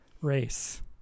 Race